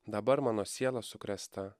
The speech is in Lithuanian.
dabar mano siela sukrėsta